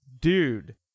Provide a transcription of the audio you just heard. dude